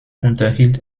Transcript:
unterhielt